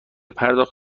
پرداخت